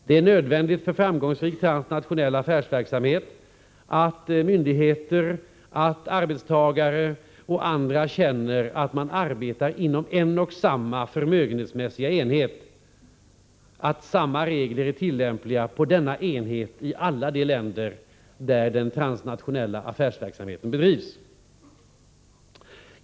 Det är nödvändigt för framgångsrik transnationell affärsverksamhet att myndigheter, arbetstagare och andra känner att man arbetar inom en och samma förmögenhetsmässiga enhet och att samma regler är tillämpliga på denna enhet i alla de länder där transnationell affärsverksamhet bedrivs.